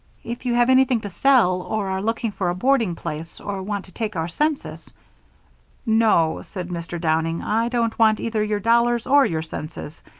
if you have anything to sell, or are looking for a boarding place, or want to take our census no, said mr. downing, i don't want either your dollars or your senses.